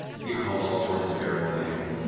you get called all sorts of terrible names.